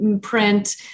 print